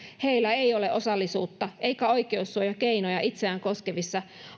heillä ei ole osallisuutta eikä oikeussuojakeinoja itseään koskevien